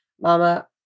Mama